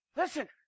Listen